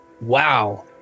Wow